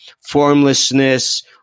formlessness